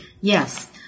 Yes